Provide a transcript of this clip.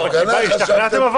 אבל השתכנעתם?